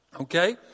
okay